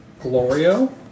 Glorio